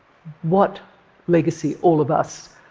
what legacy all of us